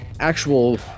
actual